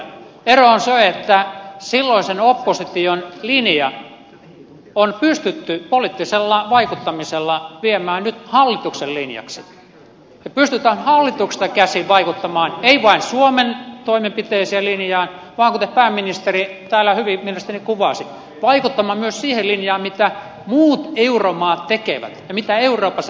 ero on se että silloisen opposition linja on pystytty poliittisella vaikuttamisella viemään nyt hallituksen linjaksi ja pystytään hallituksesta käsin vaikuttamaan ei vain suomen toimenpiteisiin ja linjaan vaan kuten pääministeri täällä mielestäni hyvin kuvasi vaikuttamaan myös siihen linjaan mitä muut euromaat tekevät ja mitä euroopassa tehdään